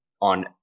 on